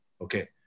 okay